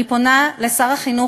אני פונה לשר החינוך,